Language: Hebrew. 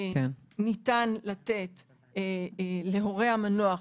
ניתן לתת להורי המנוח,